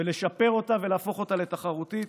לשפר אותה ולהפוך אותה לתחרותית.